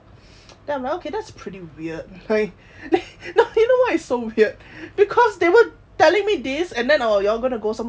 then I'm okay that's pretty weird like you know why so weird because they were telling me this and then you're going to go somewhere else